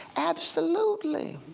absolutely.